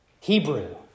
Hebrew